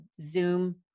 Zoom